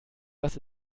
was